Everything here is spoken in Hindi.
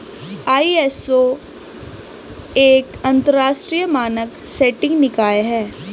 आई.एस.ओ एक अंतरराष्ट्रीय मानक सेटिंग निकाय है